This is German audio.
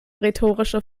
rhetorische